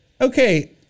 Okay